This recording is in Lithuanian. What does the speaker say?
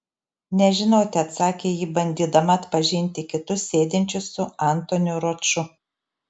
nežinau teatsakė ji bandydama atpažinti kitus sėdinčius su antoniu roču